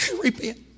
Repent